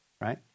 right